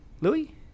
Louis